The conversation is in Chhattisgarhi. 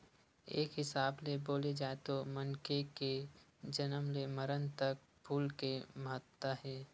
एक हिसाब ले बोले जाए तो मनखे के जनम ले मरन तक फूल के महत्ता हे